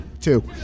Two